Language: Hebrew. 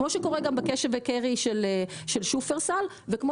כמו שקורה גם ב-Cash and carry של שופרסל וכמו